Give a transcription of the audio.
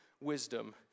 wisdom